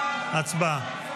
הצבעה.